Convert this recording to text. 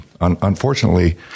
unfortunately